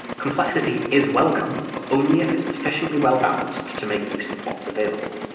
complexity is welcome, but only if it's sufficiently well-balanced to make use of what's available.